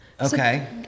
okay